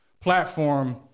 Platform